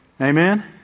Amen